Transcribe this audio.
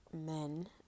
men